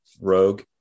rogue